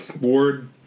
Ward